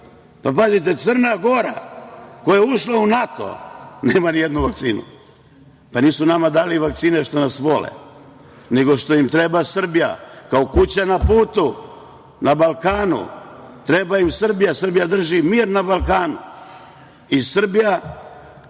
Pazite, Crna Gora koja je ušla u NATO nema ni jednu vakcinu. Pa nisu nama dali vakcine što nas vole, nego što im treba Srbija kao kuća na putu, na Balkanu, treba im Srbija, Srbija drži mir na Balkanu.